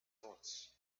thoughts